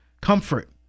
comfort